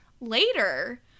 later